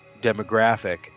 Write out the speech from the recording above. demographic